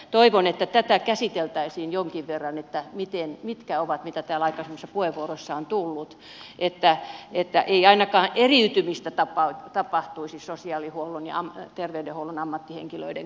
toivon että tätä käsiteltäisiin jonkin verran että mitkä ovat mitä täällä aikaisemmissa puheenvuoroissa on tullut että ei ainakaan eriytymistä tapahtuisi sosiaalihuollon ja terveydenhuollon ammattihenkilöiden kohdalla